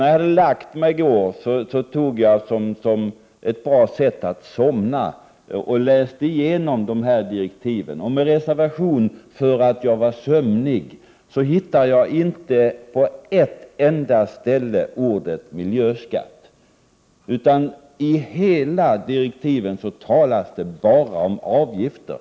När jag hade gått till sängs i går läste jag igenom dem som nattlektyr. Med reservation för att jag var sömnig vill jag ändå säga att jag inte på ett enda ställe funnit ordet miljöskatt. I direktiven talas det genomgående enbart om avgifter.